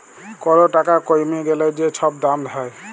call টাকা কইমে গ্যালে যে ছব দাম হ্যয়